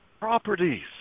properties